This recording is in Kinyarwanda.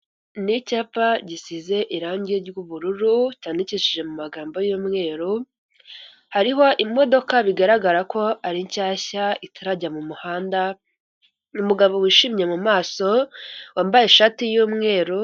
Ni icyapa gisize irangi ry'ubururu cyandikishije mu magambo y'umweru hariho imodoka bigaragara ko ari nshyashya itarajya mu muhanda, umugabo wishimye mu maso wambaye ishati y'umweru.